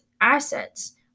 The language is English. assets